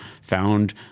found